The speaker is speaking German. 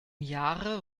jahre